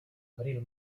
abril